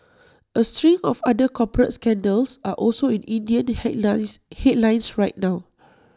A string of other corporate scandals are also in Indian headlines headlines right now